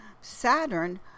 Saturn